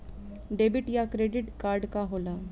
Debit या credit card का होला?